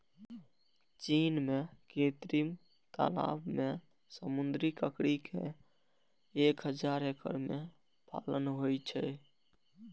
चीन मे कृत्रिम तालाब मे समुद्री ककड़ी के एक हजार एकड़ मे पालन होइ छै